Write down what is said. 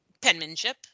penmanship